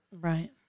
Right